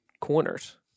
corners